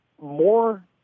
more